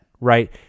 right